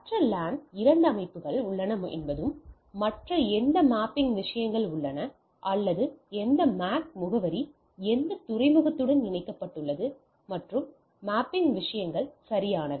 மற்ற லேன் இரண்டு அமைப்புகள் உள்ளன மற்றும் எந்த மேப்பிங் விஷயங்கள் உள்ளன அல்லது எந்த MAC முகவரி எந்த துறைமுகத்துடன் இணைக்கப்பட்டுள்ளது மற்றும் மேப்பிங் விஷயங்கள் சரியானவை